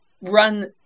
run